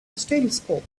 telescope